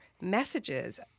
messages